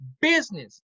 business